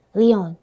,Leon